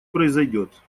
произойдет